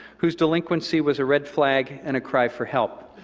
whose delinquency was a red flag and a cry for help.